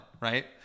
right